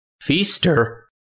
Feaster